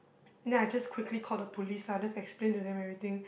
then I just quickly call the police lah just explain to them everything